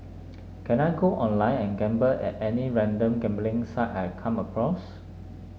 can I go online and gamble at any random gambling site I come across